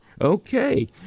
okay